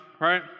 right